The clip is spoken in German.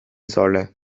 solle